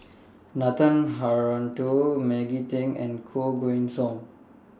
Nathan Hartono Maggie Teng and Koh Guan Song